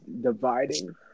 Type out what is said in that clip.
dividing